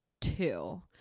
two